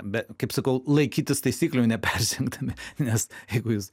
kaip sakau laikytis taisyklių neperžengdami nes jeigu jūs